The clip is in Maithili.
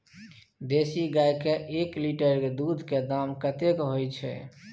देसी गाय के एक लीटर दूध के दाम कतेक होय छै?